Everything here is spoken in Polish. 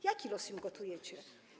Jaki los im gotujecie?